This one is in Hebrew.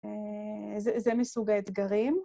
זה, זה מסוג האתגרים.